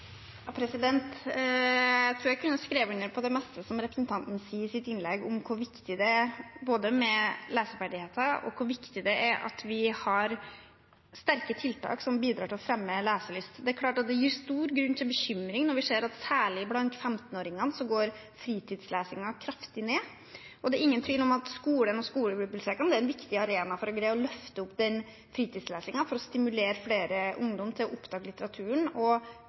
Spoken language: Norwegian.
Jeg tror jeg kunne ha skrevet under på det meste representanten Øvstegård sier i sitt innlegg om hvor viktig det er med både leseferdigheter og at vi har sterke tiltak som bidrar til å fremme leselyst. Det er klart at det gir stor grunn til bekymring når vi ser at særlig blant 15-åringene går fritidslesingen kraftig ned. Det er ingen tvil om at skolen og skolebibliotekene er en viktig arena for å greie å løfte opp den fritidslesingen for å stimulere flere ungdom til å oppdage litteraturen